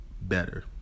better